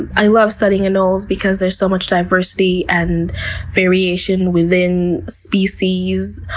i love studying anoles because there's so much diversity and variation within species.